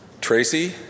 Tracy